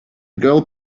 girl